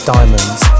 Diamonds